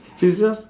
he's just